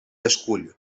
escull